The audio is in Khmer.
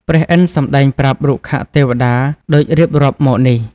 ព្រះឥន្ធសម្ដែងប្រាប់រុក្ខទេវតា ដូចរៀបរាប់មកនេះ។